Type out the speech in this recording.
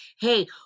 hey